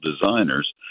designers